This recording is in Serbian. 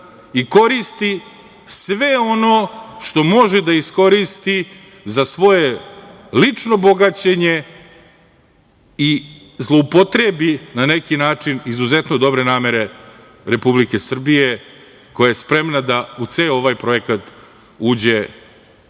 i koristi sve ono što može da iskoristi za svoje lično bogaćenje i zloupotrebi na neki način izuzetno dobre namere Republike Srbije, koja je spremna da u ceo ovaj projekat uđe